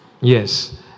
Yes